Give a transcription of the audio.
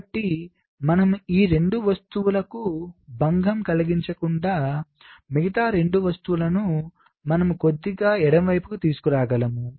కాబట్టి మనము ఈ 2 వస్తువులకు భంగం కలిగించకుండా కాని మిగతా 2 వస్తువులను మనము కొద్దిగా ఎడమ వైపుకు తీసుకురాగలము